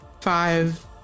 five